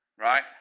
right